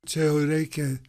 čia jau reikia